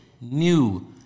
new